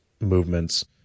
movements